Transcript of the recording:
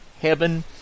heaven